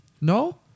No